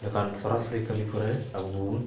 ᱮᱠᱷᱟᱱ ᱥᱚᱨᱟᱥᱚᱨᱤ ᱠᱟᱹᱢᱤ ᱠᱚᱨᱮ ᱟᱵᱚ ᱵᱚᱱ